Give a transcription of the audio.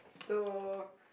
so